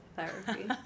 therapy